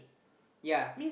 yeah